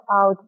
out